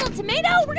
tomato.